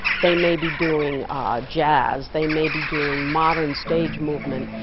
they may be doing jazz, they may be doing modern stage movement.